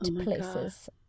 places